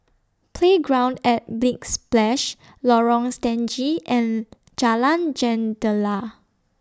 Playground At Big Splash Lorong Stangee and Jalan Jendela